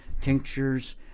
tinctures